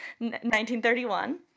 1931